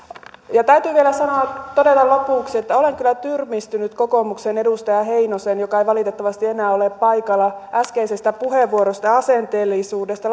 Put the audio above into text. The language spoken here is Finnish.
täytyy vielä sanoa todella lopuksi että olen kyllä tyrmistynyt kokoomuksen edustaja heinosen joka ei valitettavasti enää ole paikalla äskeisestä puheenvuorosta ja asenteellisuudesta